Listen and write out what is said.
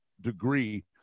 degree